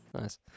Nice